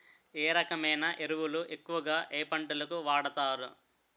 ఏ రకమైన ఎరువులు ఎక్కువుగా ఏ పంటలకు వాడతారు?